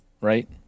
right